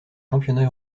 championnats